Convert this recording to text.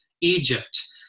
Egypt